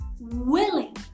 willing